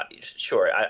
sure